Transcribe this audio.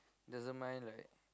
doesn't mind lah